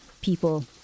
people